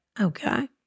Okay